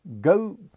Go